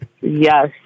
yes